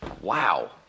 Wow